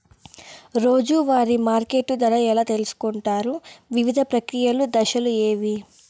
రోజూ వారి మార్కెట్ ధర ఎలా తెలుసుకొంటారు వివిధ ప్రక్రియలు దశలు ఏవి?